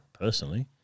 personally